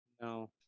No